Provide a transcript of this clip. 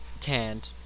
tanned